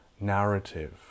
Narrative